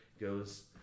goes